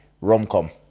rom-com